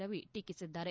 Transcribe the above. ರವಿ ಟೀಕಿಸಿದ್ದಾರೆ